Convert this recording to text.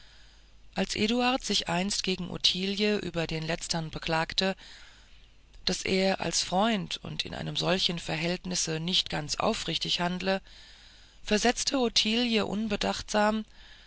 als eduard sich einst gegen ottilien über den letztern beklagte daß er als freund und in einem solchen verhältnisse nicht ganz aufrichtig handle versetzte ottilie unbedachtsam